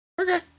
Okay